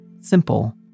Simple